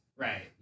Right